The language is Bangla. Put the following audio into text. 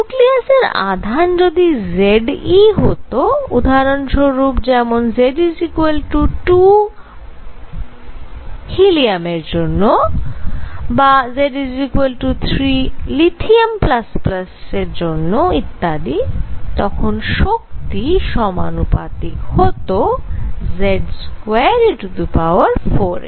নিউক্লিয়াসের আধান যদি Z e হত উদাহরণ স্বরূপ যেমন Z 2 for He Z 3 for Li ইত্যাদি তখন শক্তি সমানুপাতিক হত Z2e4 এর